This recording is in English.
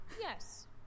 Yes